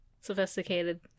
Sophisticated